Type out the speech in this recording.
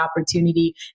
opportunity